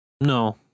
No